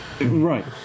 Right